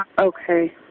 Okay